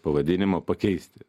pavadinimą pakeisti